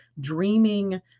dreaming